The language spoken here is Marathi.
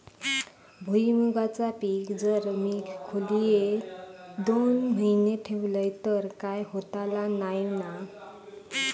भुईमूगाचा पीक जर मी खोलेत दोन महिने ठेवलंय तर काय होतला नाय ना?